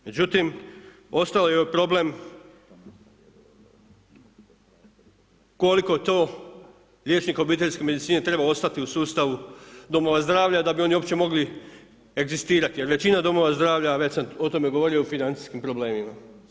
Međutim ostao je problem koliko to liječnik obiteljske medicine treba ostati u sustavu domova zdravlja da bi oni uopće mogli egzistirati jer većina domova zdravlja, već sam o tome govorio je u financijskim problemima.